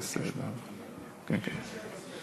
עשיתם לי כאן בלגן.